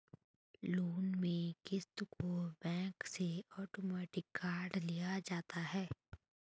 loan में क़िस्त को बैंक से आटोमेटिक काट लिया जाता है